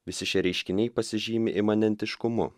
visi šie reiškiniai pasižymi imanentiškumu